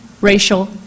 racial